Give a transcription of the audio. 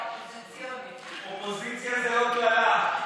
אופוזיציה זו לא קללה.